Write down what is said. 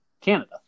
Canada